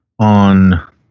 On